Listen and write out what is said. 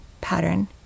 pattern